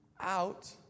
out